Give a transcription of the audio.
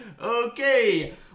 Okay